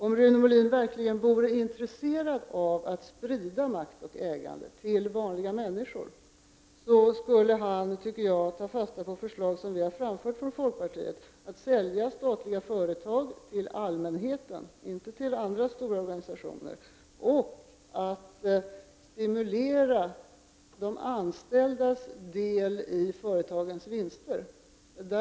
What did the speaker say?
Om Rune Molin verkligen vore intresserad av att sprida makt och ägande till vanliga människor, skulle han ta fasta på förslag som vi från folkpartiet har lagt fram om att sälja statliga företag till allmänheten — inte till andra stora organisationer — och om att stimulera de anställdas del i företagens vinster.